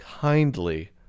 Kindly